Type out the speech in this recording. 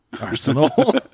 Arsenal